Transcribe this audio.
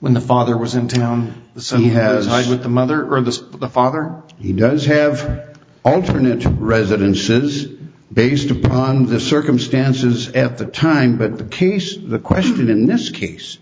when the father was in town so he has had with the mother or the father he does have alternate residences based upon the circumstances at the time but the case the question in this case